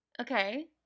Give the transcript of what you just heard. Okay